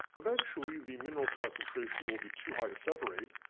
eventually the mineral concentration will be too high to separate,